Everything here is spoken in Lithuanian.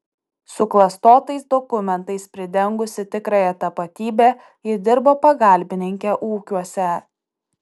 suklastotais dokumentais pridengusi tikrąją tapatybę ji dirbo pagalbininke ūkiuose